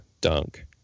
dunk